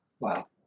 Wow